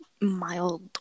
mild